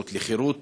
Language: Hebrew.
הזכות לחירות.